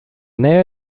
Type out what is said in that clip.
nähe